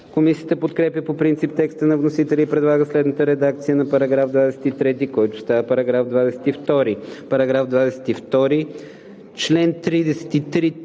Комисията подкрепя по принцип текста на вносителя и предлага следната редакция на § 23, който става § 22: „§ 22.